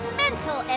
mental